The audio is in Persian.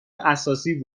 اساسی